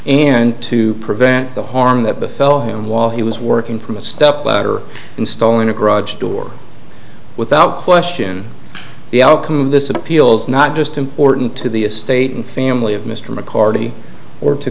and to prevent the harm that befell him while he was working from a step ladder installing a garage door without question the outcome of this appeals not just important to the estate and family of mr mccarty or to